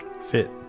Fit